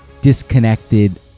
disconnected